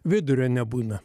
vidurio nebūna